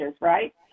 right